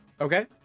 Okay